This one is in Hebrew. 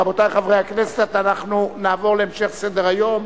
רבותי חברי הכנסת, אנחנו נעבור להמשך סדר-היום.